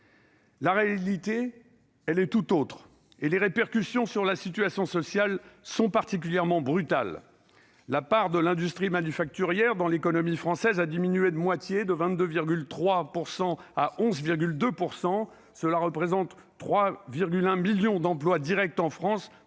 La réalité est tout autre, avec des répercussions sociales particulièrement brutales. La part de l'industrie manufacturière dans l'économie française a diminué de moitié, passant de 22,3 % à 11,2 %, et représente 3,1 millions d'emplois directs en France,